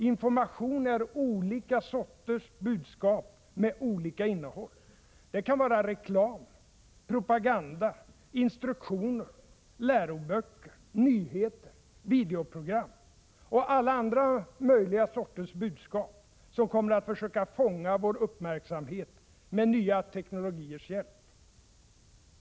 Information är olika sorters budskap — med olika innehåll. Det kan vara reklam, propaganda, instruktioner, läroböcker, nyheter, videoprogram — och alla möjliga andra sorters budskap, som kommer att försöka fånga vår uppmärksamhet med nya teknologiers hjälp.